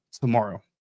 tomorrow